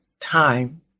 time